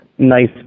Nice